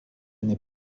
n’est